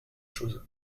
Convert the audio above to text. chose